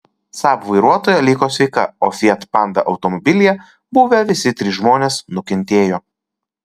saab vairuotoja liko sveika o fiat panda automobilyje buvę visi trys žmonės nukentėjo